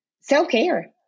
self-care